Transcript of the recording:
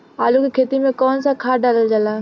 आलू के खेती में कवन सा खाद डालल जाला?